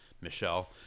Michelle